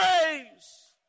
praise